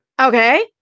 Okay